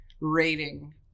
rating